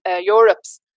Europe's